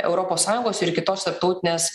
europos sąjungos ir kitos tarptautinės